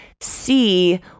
see